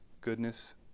goodness